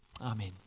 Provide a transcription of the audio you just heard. Amen